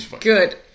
Good